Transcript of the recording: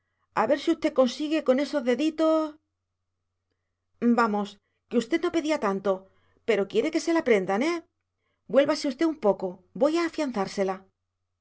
a ver si usted consigue con esos deditos vamos que usted no pedía tanto pero quiere que se la prendan eh vuélvase usted un poco voy a afianzársela